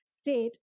state